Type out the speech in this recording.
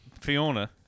Fiona